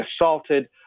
assaulted